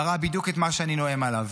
מראה בדיוק את מה שאני נואם עליו,